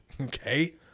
Okay